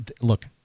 Look